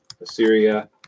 Assyria